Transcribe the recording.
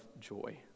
joy